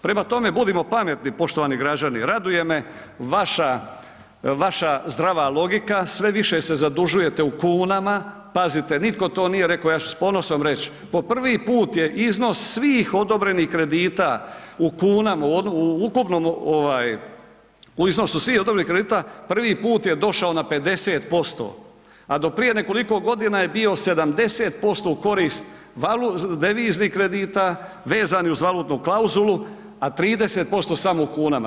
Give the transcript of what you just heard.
Prema tome, budimo pametni poštovani građani, raduje me vaša zdrava logika, sve više se zadužujete u kunama, pazite, nitko to nije rekao, ja ću s ponosom reć, po prvi put je iznos svih odobrenih kredita u kunama, u ukupnom iznosu svih odobrenih kredita, prvi put je došao na 50% a do prije nekoliko godina je bio 70% u korist deviznih kredita vezanih uz valutnu klauzulu a 30% samo u kunama.